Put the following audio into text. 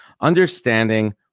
Understanding